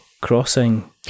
Crossing